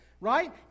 right